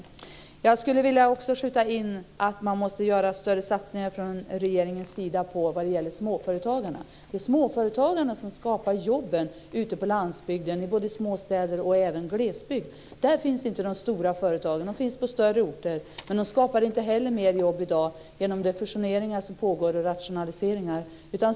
Jag vill också tillägga att man måste göra större satsningar från regeringens sida på småföretagarna. Det är småföretagarna som skapar jobben ute på landsbygden, i småstäderna och även i glesbygden. Där finns inte de stora företagen. De finns på större orter, men de skapar inte heller fler jobb i dag genom de fusioner och rationaliseringar som pågår.